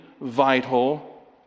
vital